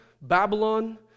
Babylon